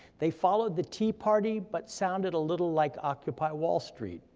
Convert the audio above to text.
they followed the tea party, but sounded a little like occupy wall street,